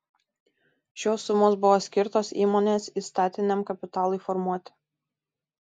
šios sumos buvo skirtos įmonės įstatiniam kapitalui formuoti